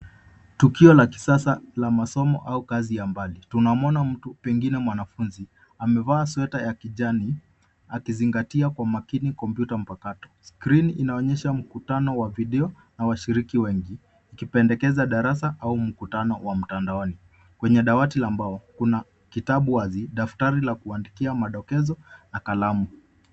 Tukio la kisasa la masomo au kazi ya mbali. Tunamuona mtu pengine mwanafunzi, amevaa sweta ya kijani akizingatia kwa makini kompyuta mpakato. Skrini inaonyesha mkutano wa video na washiriki wengi ukipendekeza darasa au mkutano wa mtandaoni. Kwenye dawati la mbao, kuna kitabu wazi, daftari la kuandikia madokezo na kalamu.